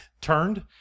turned